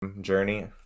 journey